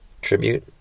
tribute